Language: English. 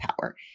power